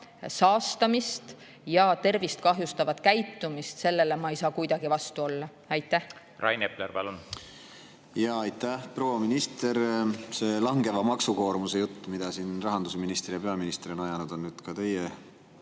saastamist ja tervist kahjustavat käitumist, ma ei saa kuidagi vastu olla. Rain Epler, palun! Aitäh! Proua minister! See langeva maksukoormuse jutt, mida siin rahandusminister ja peaminister on ajanud, on nüüd ka teie